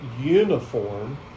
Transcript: uniform